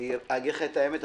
אגיד לך את האמת,